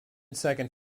second